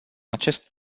acest